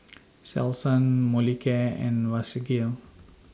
Selsun Molicare and Vagisil